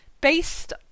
based